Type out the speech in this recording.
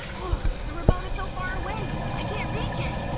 oof. the remote is so far away! i can't reach it!